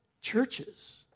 churches